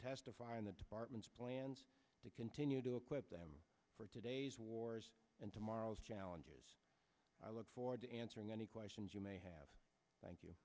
testify in the department's plans to continue to equip them for today's wars and tomorrow's challenges i look forward to answering any questions you may have thank you